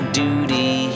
duty